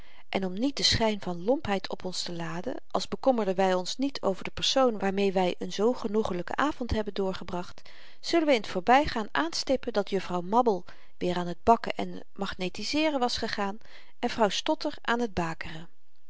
en om niet den schyn van lompheid op ons te laden als bekommerden wy ons niet over de personen waarmee wy een zoo genoegelyken avend hebben doorgebracht zullen we in t voorbygaan aanstippen dat juffrouw mabbel weer aan t bakken en machenetiseeren was gegaan en vrouw stotter aan t bakeren